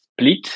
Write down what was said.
split